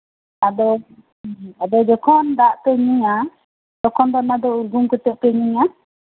ᱟᱫᱚ ᱡᱚᱠᱷᱚᱱ ᱫᱟᱜ ᱯᱮ ᱧᱩᱭᱟ ᱛᱚᱠᱷᱚᱱ ᱫᱚ ᱚᱱᱟ ᱫᱚ ᱩᱨᱜᱩᱢ ᱠᱟᱛᱮᱫ ᱯᱮ ᱧᱩᱭᱟ